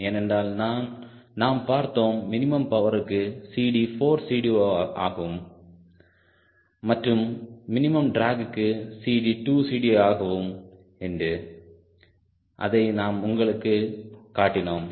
ஏனென்றால் நாம் பார்த்தோம் மினிமம் பவருக்கு CD 4CD0 ஆகவும் மற்றும் மினிமம் டிராகுக்கு CD 2CD0 ஆகவும் என்று அதை நாம் உங்களுக்கு காட்டினோம்